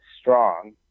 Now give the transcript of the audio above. Strong